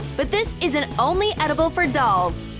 but this isn't only edible for dolls!